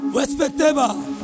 Respectable